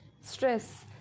stress